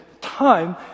time